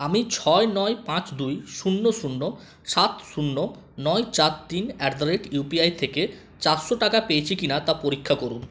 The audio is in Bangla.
আমি ছয় নয় পাঁচ দুই শূন্য শূন্য সাত শূন্য নয় চার তিন at the rate U P I থেকে চারশো টাকা পেয়েছি কি না তা পরীক্ষা করুন